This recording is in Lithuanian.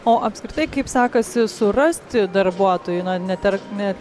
o apskritai kaip sekasi surasti darbuotojų net ar net